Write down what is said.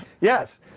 Yes